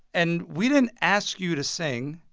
and we didn't ask you to sing.